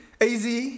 AZ